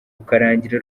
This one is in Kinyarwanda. ukarangira